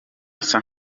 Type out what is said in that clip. isa